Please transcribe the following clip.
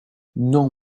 non